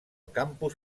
campus